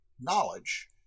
knowledge